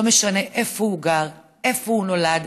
לא משנה איפה הוא גר ואיפה הוא נולד.